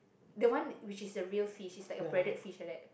the one which is the real fish is like a breaded fish like that